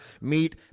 Meet